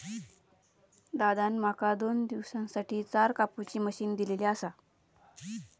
दादान माका दोन दिवसांसाठी चार कापुची मशीन दिलली आसा